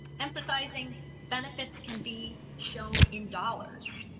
emphasizing benefits can be shown in dollars.